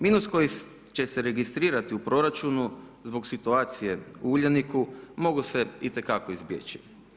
Minusu koji će se registrirati u proračunu, zbog situacije u Uljaniku mogao se itekako izbjeći.